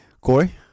Corey